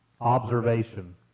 observation